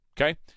okay